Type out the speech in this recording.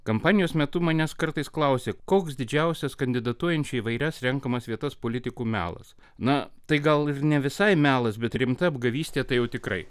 kampanijos metu manęs kartais klausia koks didžiausias kandidatuojančių į įvairias renkamas vietas politikų melas na tai gal ne visai melas bet rimta apgavystė tai jau tikrai